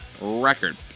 record